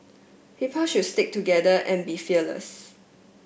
people should stick together and be fearless